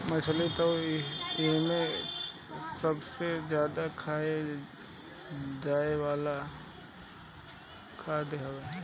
मछरी तअ एमे सबसे ज्यादा खाए जाए वाला खाद्य हवे